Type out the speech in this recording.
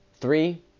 Three